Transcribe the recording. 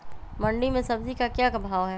मंडी में सब्जी का क्या भाव हैँ?